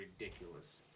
ridiculous